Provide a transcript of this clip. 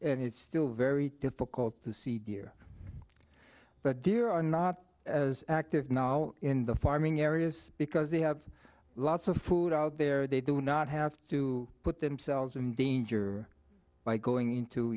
and it's still very difficult to see deer but there are not as active now in the farming areas because they have lots of food out there they do not have to put themselves in danger by going into